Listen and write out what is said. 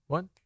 One